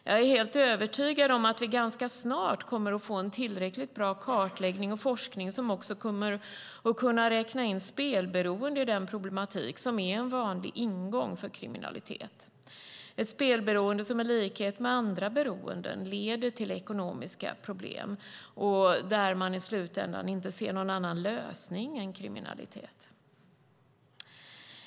Jag är helt övertygad om att vi ganska snart kommer att få en tillräckligt bra kartläggning och forskning, som också kommer att kunna räkna in spelberoende i den problematik som är en vanlig ingång till kriminalitet - ett spelberoende som i likhet med andra beroenden leder till ekonomiska problem och där man i slutändan inte ser någon annan lösning än kriminalitet.